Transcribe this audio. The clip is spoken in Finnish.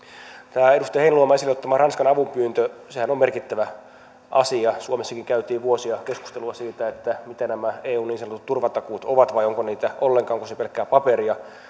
tämä edustaja heinäluoman esille ottama ranskan avunpyyntö sehän on merkittävä asia suomessakin käytiin vuosia keskustelua siitä mitä nämä eun niin sanotut turvatakuut ovat vai onko niitä ollenkaan onko se pelkkää paperia